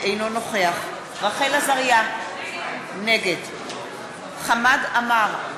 אינו נוכח רחל עזריה, נגד חמד עמאר,